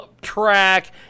track